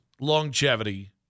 longevity